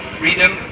freedom